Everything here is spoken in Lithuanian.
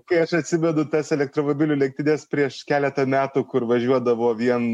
kai aš atsivedu tas elektromobilių lenktynes prieš keletą metų kur važiuodavo vien